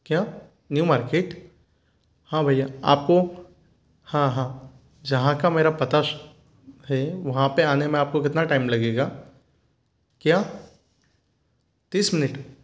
क्या new market हाँ भैया आपको हाँ हाँ जहाँ का मेरा पता है वहाँ पे आने में आपको कितना टाइम लगेगा क्या तीस मिनट